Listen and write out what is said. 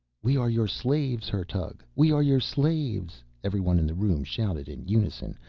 we are your slaves, hertug, we are your slaves, everyone in the room shouted in unison,